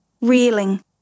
reeling